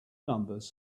numbers